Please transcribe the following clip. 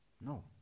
No